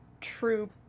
true